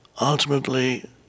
ultimately